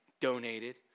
donated